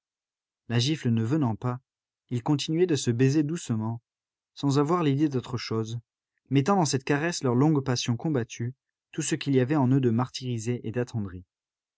la gifle ne venant pas ils continuaient de se baiser doucement sans avoir l'idée d'autre chose mettant dans cette caresse leur longue passion combattue tout ce qu'il y avait en eux de martyrisé et d'attendri